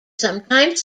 sometimes